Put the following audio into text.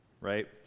Right